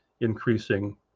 increasing